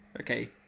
Okay